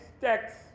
text